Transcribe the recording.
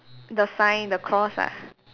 the sign the cross ah